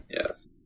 Yes